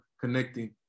connecting